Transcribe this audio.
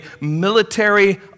military